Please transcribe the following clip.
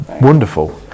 wonderful